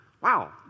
Wow